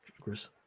Chris